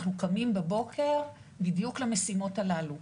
אנחנו קמים בבוקר בדיוק למשימות הללו.